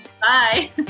Bye